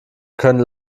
können